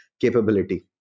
capability